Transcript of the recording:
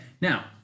Now